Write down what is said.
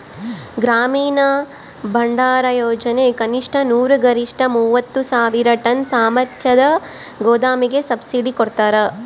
ಗ್ರಾಮೀಣ ಭಂಡಾರಯೋಜನೆ ಕನಿಷ್ಠ ನೂರು ಗರಿಷ್ಠ ಮೂವತ್ತು ಸಾವಿರ ಟನ್ ಸಾಮರ್ಥ್ಯದ ಗೋದಾಮಿಗೆ ಸಬ್ಸಿಡಿ ಕೊಡ್ತಾರ